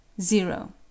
zero